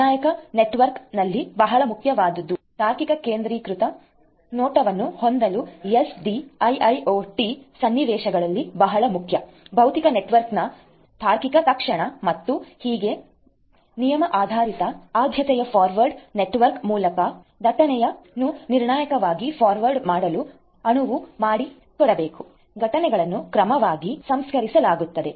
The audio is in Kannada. ನಿರ್ಣಾಯಕ ನೆಟ್ವರ್ಕಿಂಗ್ ಇಲ್ಲಿ ಬಹಳ ಮುಖ್ಯವಾಗಿದೆ ನೆಟ್ವರ್ಕ್ನ ತಾರ್ಕಿಕ ಕೇಂದ್ರೀಕೃತ ನೋಟವನ್ನು ಹೊಂದಲು SDIIoT ಸನ್ನಿವೇಶಗಳಲ್ಲಿ ಬಹಳ ಮುಖ್ಯಭೌತಿಕ ನೆಟ್ವರ್ಕ್ನ ತಾರ್ಕಿಕ ತತ್ಕ್ಷಣ ಮತ್ತು ಹೀಗೆ ನಿಯಮ ಆಧಾರಿತ ಆದ್ಯತೆಯ ಫಾರ್ವಾರ್ಡಿಂಗ್ ನೆಟ್ವರ್ಕ್ ಮೂಲಕ ದಟ್ಟಣೆಯನ್ನು ನಿರ್ಣಾಯಕವಾಗಿ ಫಾರ್ವರ್ಡ್ ಮಾಡಲು ಅನುವು ಮಾಡಿಕೊಡಬೇಕು ಘಟನೆಗಳನ್ನು ಕ್ರಮವಾಗಿ ಸಂಸ್ಕರಿಸಲಾಗುತ್ತದೆ